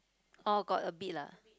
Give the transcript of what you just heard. oh got a bit lah